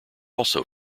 also